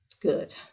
good